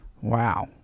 wow